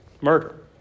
murder